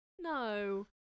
no